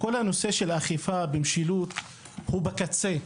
כל הנושא של האכיפה במשילות הוא בקצה.